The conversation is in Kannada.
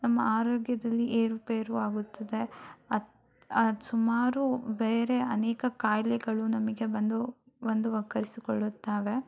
ನಮ್ಮ ಆರೋಗ್ಯದಲ್ಲಿ ಏರುಪೇರು ಆಗುತ್ತದೆ ಅದು ಅದು ಸುಮಾರು ಬೇರೆ ಅನೇಕ ಖಾಯಿಲೆಗಳು ನಮಗೆ ಬಂದು ಬಂದು ವಕ್ಕರಿಸಿಕೊಳ್ಳುತ್ತವೆ